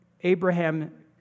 Abraham